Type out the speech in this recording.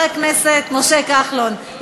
מחבר הכנסת משה כחלון,